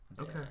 Okay